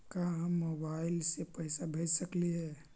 का हम मोबाईल से पैसा भेज सकली हे?